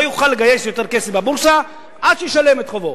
לא יוכל לגייס יותר כסף בבורסה עד שהוא ישלם את חובו.